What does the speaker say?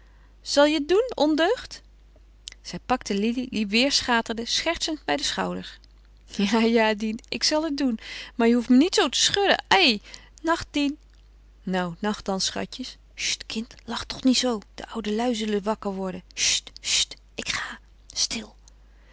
zal je het doen ondeugd zij pakte lili die weêr schaterde schertsend bij den schouder ja ja dien ik zal het doen maar je hoeft me niet zoo te schudden ai nacht dien nou nacht dan schatjes cht kind lach toch zoo niet de oude lui zullen wakker worden cht cht ik ga stil